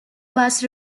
bus